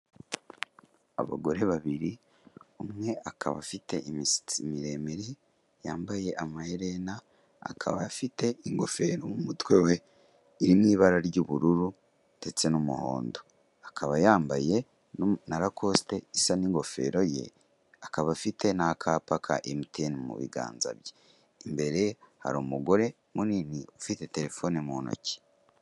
Abagore babiri umwe akaba afite imisatsi miremire yambaye amaherena akaba afite ingofero mu mutwe we irimo ibara ry'ubururu ndetse n'umuhondo. akaba yanbaye na rakosite isa n'ingofero ye, akaba afite n'akapa ka emutiyeni mubihanza bye. imbere ye hakaba hari umugore munini ufite terefoni mu ntoki.